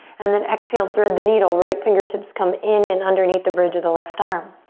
and then exhale, thread the needle. right fingertips come in and underneath the bridge of the left arm.